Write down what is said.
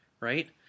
right